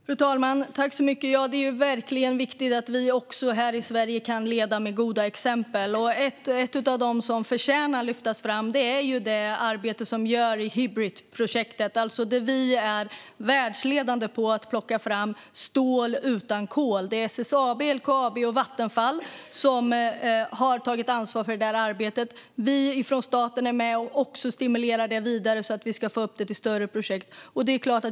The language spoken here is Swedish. Fru talman! Det är verkligen viktigt att vi här i Sverige kan leda med goda exempel. Ett av dem som förtjänar att lyftas fram är det arbete som görs i Hybritprojektet. Där är vi världsledande på att plocka fram stål utan kol. Det är SSAB, LKAB och Vattenfall som har tagit ansvar för det arbetet. Vi från staten är med och stimulerar det vidare så att vi ska få upp det till större projekt.